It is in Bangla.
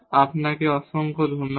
আপনাকে অনেক ধন্যবাদ